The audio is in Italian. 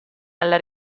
alla